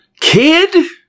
Kid